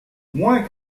moins